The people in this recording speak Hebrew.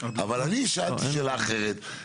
אבל אני שאלתי שאלה אחרת.